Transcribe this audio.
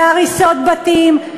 הריסת בתים,